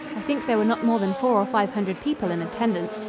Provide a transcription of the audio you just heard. i think there were not more than four or five hundred people in attendance,